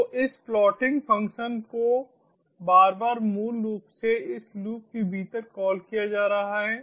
तो इस plotting function को बार बार मूल रूप से इस लूप के भीतर कॉल किया जा रहा है